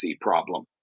problem